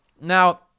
Now